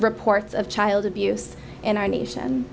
reports of child abuse in our nation